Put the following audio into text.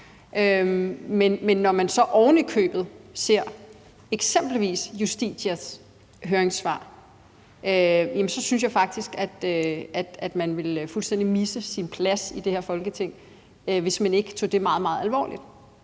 men når man så ovenikøbet ser eksempelvis Justitias høringssvar, så synes jeg faktisk, at man fuldstændig ville misse sin plads i det her Folketing, hvis man ikke tog dem meget, meget alvorligt.